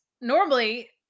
normally